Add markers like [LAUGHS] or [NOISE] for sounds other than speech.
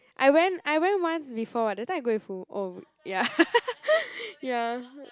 I went I went once before that time I go with who oh ya [LAUGHS] ya